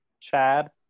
Chad